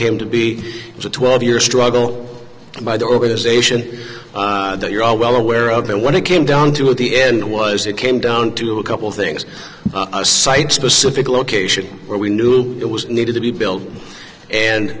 came to be a twelve year struggle by the organization that you're all well aware of and when it came down to it the end was it came down to a couple things a site specific location where we knew it was needed to be built and